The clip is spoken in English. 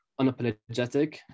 unapologetic